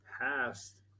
past